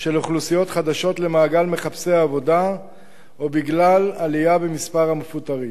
של אוכלוסיות חדשות למעגל מחפשי העבודה או בגלל עלייה במספר המפוטרים.